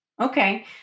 Okay